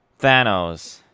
thanos